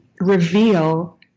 reveal